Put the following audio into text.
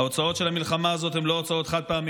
ההוצאות של המלחמה הזאת הן לא הוצאות חד-פעמיות.